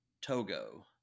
Togo